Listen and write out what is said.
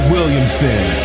Williamson